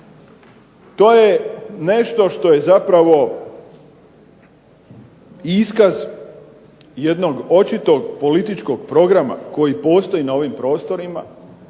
To je nešto što je zapravo iskaz jednog očitog političkog programa koji postoji na ovim prostorima